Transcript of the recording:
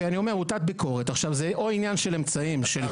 זה עניין של אמצעים.